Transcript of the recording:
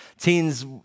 teens